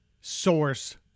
source